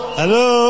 Hello